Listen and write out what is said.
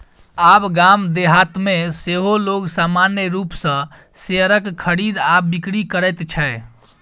आब गाम देहातमे सेहो लोग सामान्य रूपसँ शेयरक खरीद आ बिकरी करैत छै